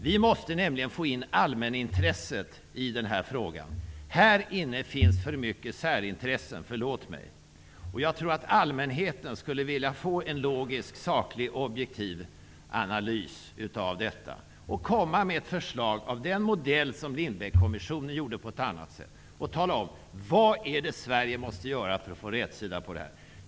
Vi måste nämligen få in allmänintresset i den här frågan. Här inne finns för många särintressen -- förlåt mig! Jag tror att allmänheten skulle vilja få en logisk, saklig och objektiv analys. Man skulle kunna komma med ett förslag av den modell som Lindbeckkommissionen använde, men på ett annat sätt, och tala om vad det är Sverige måste göra för att få rätsida på situationen.